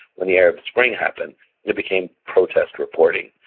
when the arab spring happened it became protest reporting.